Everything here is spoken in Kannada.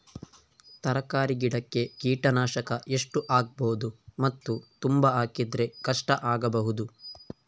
ತರಕಾರಿ ಗಿಡಕ್ಕೆ ಕೀಟನಾಶಕ ಎಷ್ಟು ಹಾಕ್ಬೋದು ಮತ್ತು ತುಂಬಾ ಹಾಕಿದ್ರೆ ಕಷ್ಟ ಆಗಬಹುದ?